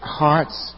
hearts